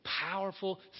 powerful